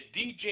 DJ